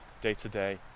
day-to-day